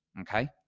okay